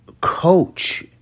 coach